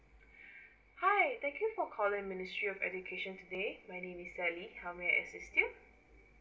hi thank you for calling ministry of education today my name is sally how may I assist you